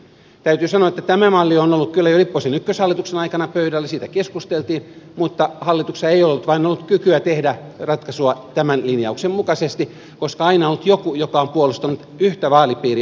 täytyy sanoa että tämä malli on ollut kyllä jo lipposen ykköshallituksen aikana pöydällä siitä keskusteltiin mutta hallituksessa ei vain ollut kykyä tehdä ratkaisua tämän linjauksen mukaisesti koska aina on ollut joku joka on puolustanut yhtä vaalipiiriä